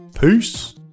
Peace